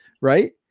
right